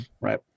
right